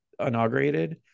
inaugurated